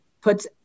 puts